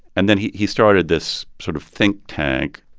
and then he he started this sort of think tank,